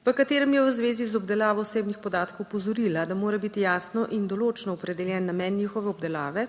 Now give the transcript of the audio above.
v katerem je v zvezi z obdelavo osebnih podatkov opozorila, da mora biti jasno in določno opredeljen namen njihove obdelave